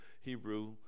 Hebrew